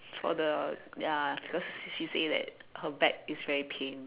for the ya cause she say that her back is very pain